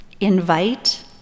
invite